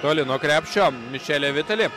toli nuo krepšio mišeli vitali